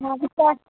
हाँ ठीक है